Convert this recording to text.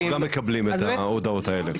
אנחנו גם מקבלים את ההודעות האלה,